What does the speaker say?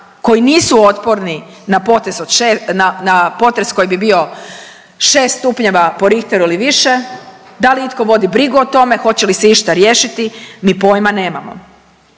koji nisu otporni na potez od 6 na potres koji bi bio 6 stupnjeva po Richteru i više, da li itko vodi brigu o tome hoće li išta riješiti mi pojma nemamo.